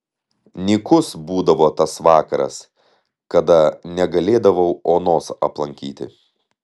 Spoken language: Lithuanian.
nykus būdavo tas vakaras kada negalėdavau onos aplankyti